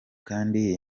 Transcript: kandi